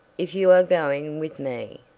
if you are going with me,